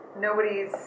nobody's